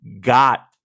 got